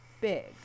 big